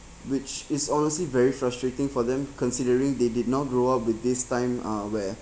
which is honestly very frustrating for them considering they did not grow up with this time uh where